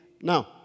Now